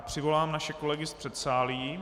Přivolám naše kolegy z předsálí.